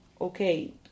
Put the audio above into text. Okay